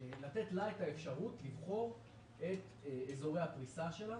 את האפשרות לבחור את אזורי הפריסה שלה.